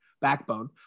backbone